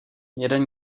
jeden